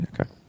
Okay